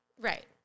Right